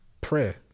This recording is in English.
prayer